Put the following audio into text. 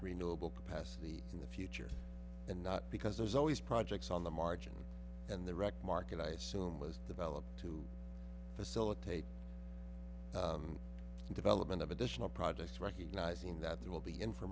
renewable capacity in the future and not because there's always projects on the margins and the wreck market i assume was developed to facilitate the development of additional projects recognizing that there will be in for